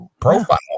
profile